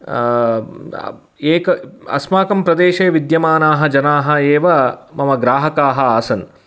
एक अस्माकं प्रदेशे विद्यमानाः जनाः एव मम ग्राहकाः आसन्